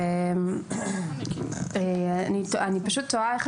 אני תוהה איך